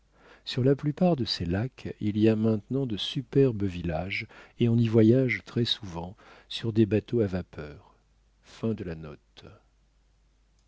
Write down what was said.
sur la plupart de ces lacs il y a maintenant de superbes villages et on y voyage très souvent sur des bateaux à vapeur